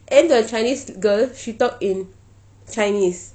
and then the chinese girl she talk in chinese